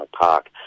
park